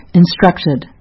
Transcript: instructed